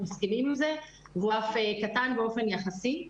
והוא אף קטן באופן יחסי.